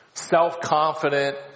Self-confident